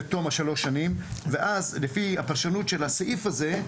תום 3 השנים ואז לפי הפרשנות של הסעיף הזה,